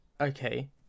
okay